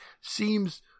seems